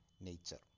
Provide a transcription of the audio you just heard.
nature